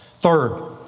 Third